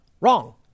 Wrong